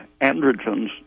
androgens